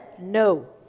no